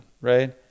Right